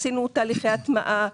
עשינו תהליכי הטמעה.